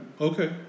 okay